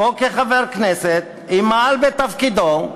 או כחבר הכנסת ימעל בתפקידו,